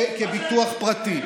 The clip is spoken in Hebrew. כביטוח פרטי.